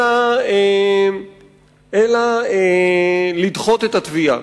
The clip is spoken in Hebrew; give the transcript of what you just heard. אלא לדחות את התביעה.